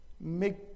make